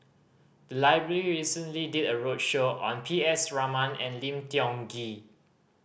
the library recently did a roadshow on P S Raman and Lim Tiong Ghee